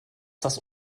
das